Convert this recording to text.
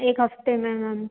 एक हफ़्ते में मैम